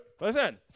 Listen